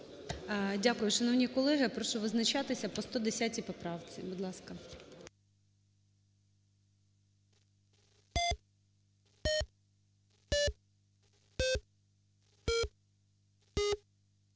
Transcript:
Дякую. Шановні колеги, прошу визначатися по 110 поправці,